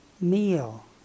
meal